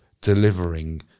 delivering